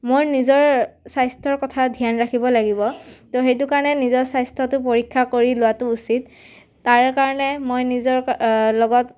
মোৰ নিজৰ স্বাস্থ্যৰ কথা ধ্যান ৰাখিব লাগিব তো সেইটো কাৰণে নিজৰ স্বাস্থ্যটো পৰীক্ষা কৰি লোৱাটো উচিত তাৰে কাৰণে মই নিজৰ লগত